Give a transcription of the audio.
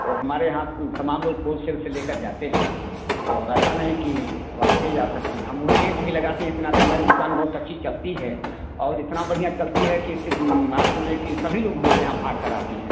और हमारे यहाँ तमाम लोग होलसेल से लेकर जाते हैं और ऐसा नहीं कि अब आप ले जा सकती हैं हम वही रेट भी लगाते हैं इसी नाते हमारी दुकान बहुत अच्छी चलती है और इतना बढ़िया चलती है कि इससे आप समझिए कि सभी लोग हमारे यहाँ भाग कर आते हैं